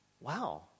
wow